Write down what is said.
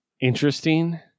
interesting